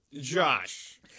Josh